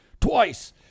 twice